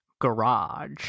Garage